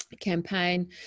campaign